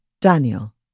Daniel